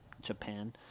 japan